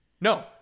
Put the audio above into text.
no